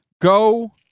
Go